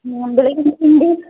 ಹಾಂ ಬೆಳಗ್ಗಿನ ತಿಂಡಿ